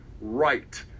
right